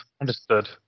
understood